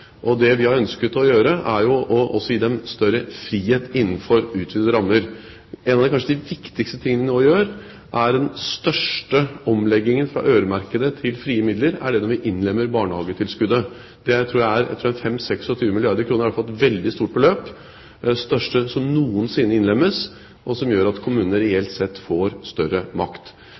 Det vi har ønsket å gjøre, er å gi dem større frihet innenfor utvidede rammer. En av de kanskje viktigste tingene vi nå gjør, den største omleggingen fra øremerkede til frie midler, er å innlemme barnehagetilskuddet. Det tror jeg er 25–26 milliarder kr, iallfall et veldig stort beløp, det største som noensinne innlemmes, og som gjør at kommunene reelt sett får større makt.